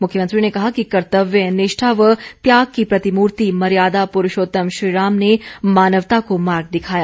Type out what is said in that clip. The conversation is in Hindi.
मुख्यमंत्री ने कहा कि कर्तव्य निष्ठा व त्याग की प्रतिमूर्ति मर्यादा पुरूषोतम श्रीराम ने मानवता को मार्ग दिखाया